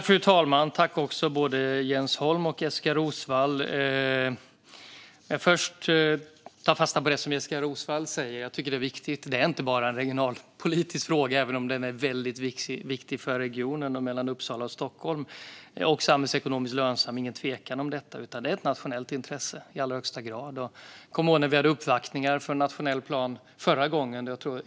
Fru talman! Tack, både Jens Holm och Jessika Roswall! Jag tar först fasta på det som Jessika Roswall säger. Jag tycker att det här är viktigt. Det är inte bara en regionalpolitisk fråga, även om den också är väldigt viktig för regionerna Uppsala och Stockholm. Det är heller ingen tvekan om att detta är samhällsekonomiskt lönsamt. Det här är i allra högsta grad ett nationellt intresse. Jag kommer ihåg förra gången när vi fick uppvaktningar angående den nationella planen.